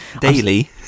Daily